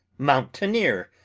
mountaineer,